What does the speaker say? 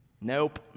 nope